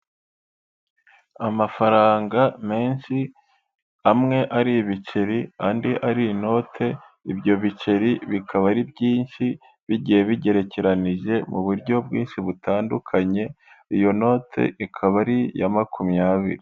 Amafaranga menshi amwe ari ibiceri andi ari inote, ibyo biceri bikaba ari byinshi bigiye bigerekeranije mu buryo bwinshi butandukanye, iyo noti ikaba ari iya makumyabiri.